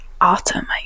autumn